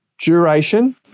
duration